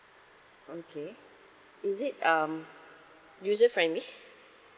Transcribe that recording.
okay is it um user friendly